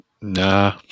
nah